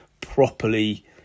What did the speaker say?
properly